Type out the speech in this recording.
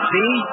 See